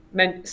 meant